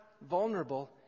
vulnerable